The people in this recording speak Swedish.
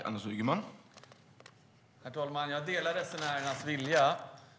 Herr talman! Jag delar resenärernas vilja.